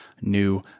new